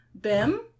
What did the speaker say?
Bim